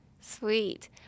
Sweet